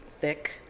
thick